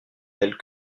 tels